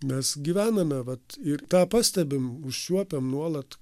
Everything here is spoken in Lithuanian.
mes gyvename vat ir tą pastebim užčiuopiam nuolat